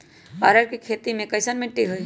अरहर के खेती मे कैसन मिट्टी होइ?